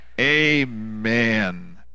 Amen